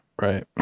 Right